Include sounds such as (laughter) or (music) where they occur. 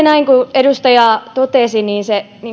(unintelligible) näin kuin edustaja totesi